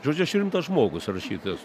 žodžiu aš rimtas žmogus rašytojas